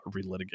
relitigate